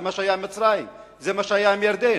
זה מה שהיה עם מצרים וזה מה שהיה עם ירדן.